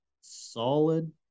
solid